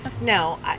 No